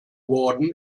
warden